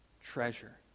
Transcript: treasure